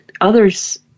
others